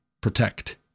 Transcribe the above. protect